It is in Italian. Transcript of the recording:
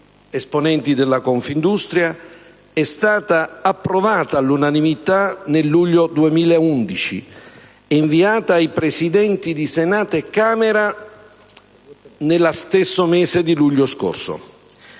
esponenti della Confindustria), è stata approvata all'unanimità nel luglio 2011 e inviata ai Presidenti di Senato e Camera nello stesso mese di luglio scorso.